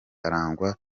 akarangwa